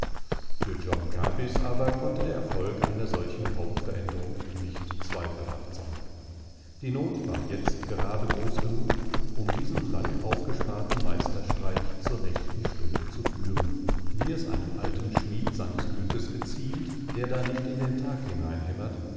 für john kabys aber konnte der erfolg einer solchen hauptveränderung nicht zweifelhaft sein die not war jetzt gerade groß genug um diesen lang aufgesparten meisterstreich zur rechten stunde zu führen wie es einem alten schmied seines glückes geziemt der da nicht in den tag